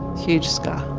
huge scar,